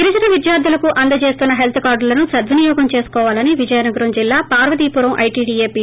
గిరిజన విద్యార్థులకు అందజేస్తున్న హెల్త్ కార్డులను సద్వినియోగం చేసుకోవాలని విజయనగరం జిల్లా పార్వతీపురం ఐటిడిఎ పీ